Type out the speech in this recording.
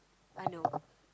uh no